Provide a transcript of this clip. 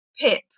Pip